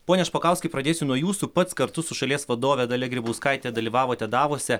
pone špokauskai pradėsiu nuo jūsų pats kartu su šalies vadove dalia grybauskaite dalyvavote davose